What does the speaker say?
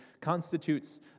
constitutes